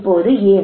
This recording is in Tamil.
இப்போது ஏன்